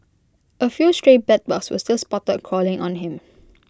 A few stray bedbugs were still spotted crawling on him